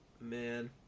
man